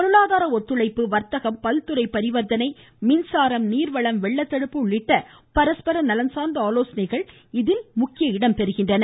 பொருளாதார ஒத்துழைப்பு வர்த்தகம் பல்துறை பரிவர்த்தனை மின்சாரம் நீர்வளம் வெள்ளத்தடுப்பு உள்ளிட்ட பரஸ்பர நலன்சார்ந்த இடம் பெறுகின்றன